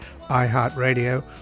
iHeartRadio